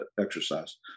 exercise